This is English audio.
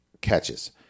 Catches